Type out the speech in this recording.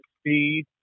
speed